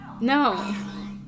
No